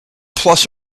plus